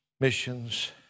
missions